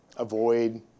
avoid